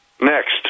Next